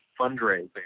fundraising